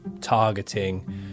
targeting